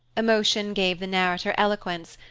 emotion gave the narrator eloquence,